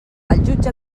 jutge